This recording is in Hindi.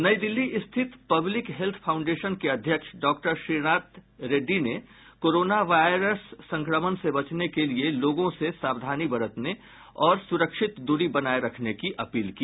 नई दिल्ली स्थित पब्लिक हेल्थ फाउंडेशन के अध्यक्ष डॉक्टर के श्रीनाथ रेड़डी ने कोरोना वायर संक्रमण से बचने के लिए लोगों से सावधानी बरतने और सुरक्षित दूरी बनाए रखने की अपील की